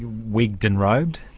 wigged and robed?